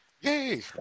Yay